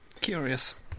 Curious